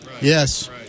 Yes